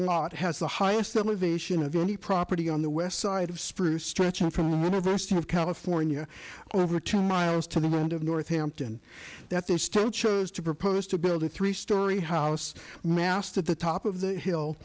lot has the highest elevation of any property on the west side of spruce stretching from the university of california over two miles to the end of north hampton that there still chose to propose to build a three story house mast at the top of the hill